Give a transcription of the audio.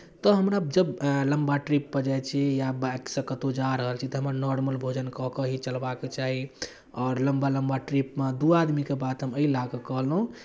तऽ हमरा जब लम्बा ट्रिपपर जाइ छी या बाइकसँ कतहु जा रहल छी तऽ हमर नॉर्मल भोजन कऽ कऽ ही चलबाक चाही आओर लम्बा लम्बा ट्रिपमे दू आदमीके बात हम एहि लए कऽ कहलहुँ